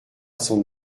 son